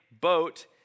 boat